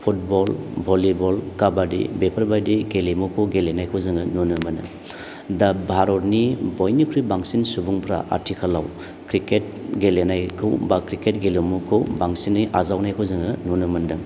football volleyball kabaddi बेफोरबायदि गेलेमुखौ गेलेनायखौ जोङो नुनो मोनो दा भारतनि बयनिख्रुय बांसिन सुबुंफ्रा आथिखालाव क्रिकेट गेलेनायखौ बा क्रिकेट गेलेमुखौ बांसिनै आजावनायखौ जोङो नुनो मोनदों